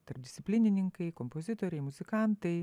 tarpdisciplinininkai kompozitoriai muzikantai